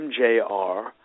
mjr